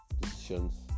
decisions